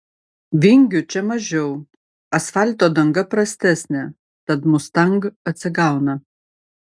vingių čia mažiau asfalto danga prastesnė tad mustang atsigauna